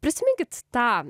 prisiminkit tą